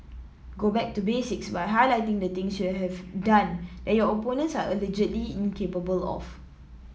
go back to basics by highlighting the things you have done that your opponents are allegedly incapable of